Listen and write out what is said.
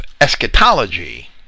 eschatology